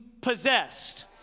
possessed